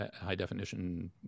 high-definition